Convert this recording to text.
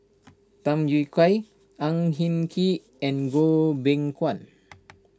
Tham Yui Kai Ang Hin Kee and Goh Beng Kwan